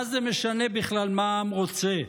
מה זה משנה בכלל מה העם רוצה?